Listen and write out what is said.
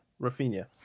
Rafinha